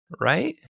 Right